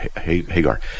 Hagar